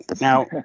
Now